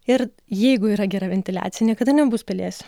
ir jeigu yra gera ventiliacija niekada nebus pelėsių